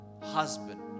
husband